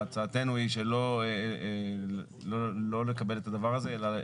והצעתנו היא שלא לקבל את הדבר הזה, אלא אם